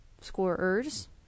scorers